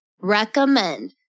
recommend